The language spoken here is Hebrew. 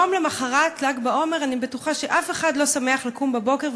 יום למחרת ל"ג בעומר אני בטוחה שאף אחד לא שמח לקום בבוקר,